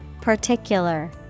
Particular